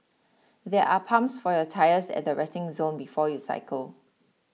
there are pumps for your tyres at the resting zone before you cycle